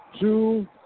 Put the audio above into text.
two